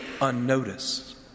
unnoticed